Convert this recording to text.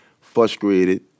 frustrated